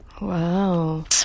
Wow